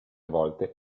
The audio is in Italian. volte